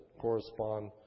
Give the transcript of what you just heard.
correspond